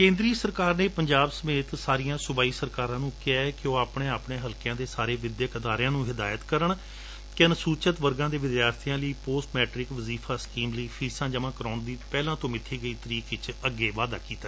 ਕੇ'ਦਰੀ ਸਰਕਾਰ ਨੇ ਪੰਜਾਬ ਸਮੇਤ ਸਾਰੀਆਂ ਸੁਬਾਈ ਸਰਕਾਰਾਂ ਨੂੰ ਕਿਹੈ ਕਿ ਉਹ ਆਪਣੇ ਆਪਣੇ ਹਲਕਿਆਂ ਦੇ ਸਾਰੇ ਵਿਦਿਅਕ ਅਦਾਰਿਆਂ ਨੂੰ ਹਿਦਇਤ ਕਰਨ ਕਿ ਅਨੁਸੁਚਿਤ ਵਰਗਾਂ ਦੇ ਵਿਦਿਆਰਬੀਆਂ ਲਈ ਪੋਸਟ ਮੈਟਿਕ ਵਜ਼ੀਫਾ ਸਕੀਮ ਲਈ ਫੀਸਾਂ ਜਮੁਾਂ ਕਰਵਾਉਣ ਦੀ ਪਹਿਲਾਂ ਤੋਂ ਮਿੱਬੀ ਗਈ ਤਾਰੀਖ ਵਿਚ ਅੱਗੇ ਵਾਧਾ ਕਰਨ